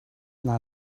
naar